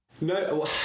No